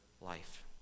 life